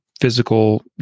physical